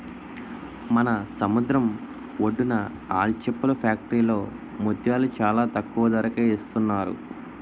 మన సముద్రం ఒడ్డున ఆల్చిప్పల ఫ్యాక్టరీలో ముత్యాలు చాలా తక్కువ ధరకే ఇస్తున్నారు